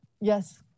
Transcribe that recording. Yes